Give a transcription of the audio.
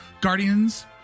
Guardians